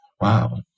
Wow